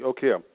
Okay